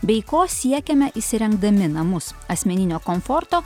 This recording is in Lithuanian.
bei ko siekiame įsirengdami namus asmeninio komforto